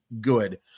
good